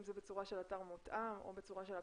אם זה בצורה של אתר מותאם או בצורה של אפליקציה,